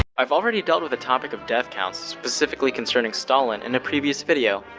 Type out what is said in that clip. i've already dealt with the topic of death counts, specifically concerning stalin, in a previous video.